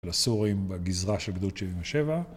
לסורים בגזרה של גדוד 77